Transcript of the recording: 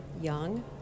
young